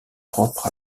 propres